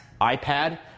iPad